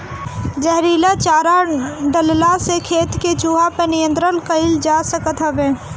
जहरीला चारा डलला से खेत के चूहा पे नियंत्रण कईल जा सकत हवे